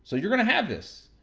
so you're gonna have this.